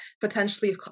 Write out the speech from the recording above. potentially